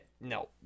no